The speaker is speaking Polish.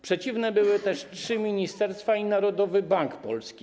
Przeciwne były też trzy ministerstwa i Narodowy Bank Polski.